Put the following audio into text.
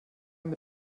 mit